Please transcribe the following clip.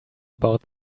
about